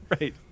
right